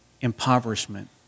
impoverishment